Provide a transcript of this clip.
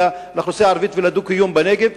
לאוכלוסייה הערבית ולדו-קיום בנגב,